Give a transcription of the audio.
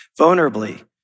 vulnerably